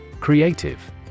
Creative